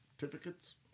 certificates